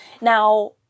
now